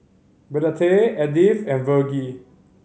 Burdette Edith and Vergie